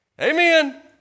Amen